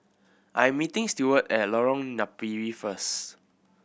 I'm meeting Stewart at Lorong Napiri first